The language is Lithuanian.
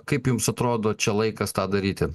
kaip jums atrodo čia laikas tą daryti